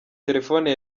telefoni